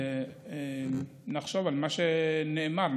ונחשוב על מה שנאמר.